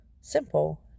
Simple